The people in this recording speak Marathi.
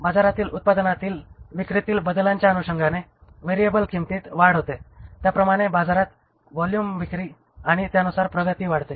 बाजारातील उत्पादनातील विक्रीतील बदलांच्या अनुषंगाने व्हेरिएबल किंमतीत वाढ होते त्या प्रमाणे बाजारात व्हॉल्यूम विक्री आणि त्यानुसार प्रगती वाढते